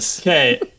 okay